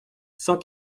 cent